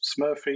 smurfy